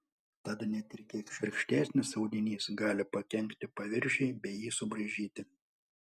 tad net ir kiek šiurkštesnis audinys gali pakenkti paviršiui bei jį subraižyti